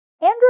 Andrew